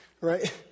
right